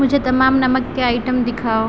مجھے تمام نمک کے آئٹم دکھاؤ